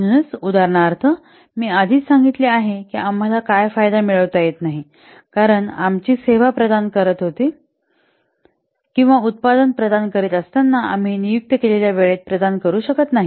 म्हणूनच उदाहरणार्थ मी आधीच सांगितले आहे की आम्हाला काय फायदा मिळवता येत नाही कारण आमची सेवा प्रदान करत होती किंवा उत्पादन प्रदान करीत असताना आम्ही नियुक्त केलेल्या वेळेत प्रदान करू शकत नाही